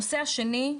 הנושא השני,